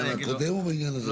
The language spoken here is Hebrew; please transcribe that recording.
12:36 ונתחדשה בשעה 13:03.)